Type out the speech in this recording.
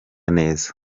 neza